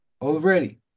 Already